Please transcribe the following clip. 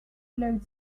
load